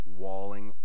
walling